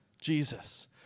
Jesus